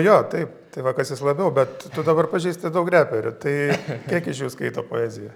jo taip tai va kas jis labiau bet tu dabar pažįsti daug reperių tai kiek iš jų skaito poeziją